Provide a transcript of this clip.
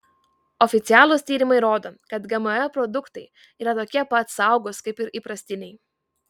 oficialūs tyrimai rodo kad gmo produktai yra tokie pat saugūs kaip ir įprastiniai